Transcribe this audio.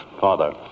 Father